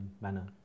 manner